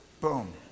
Boom